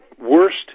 worst